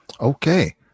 Okay